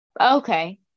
Okay